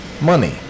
money